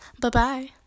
Bye-bye